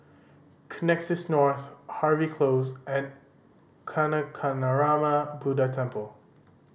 Connexis North Harvey Close and Kancanarama Buddha Temple